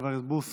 חבר הכנסת בוסו,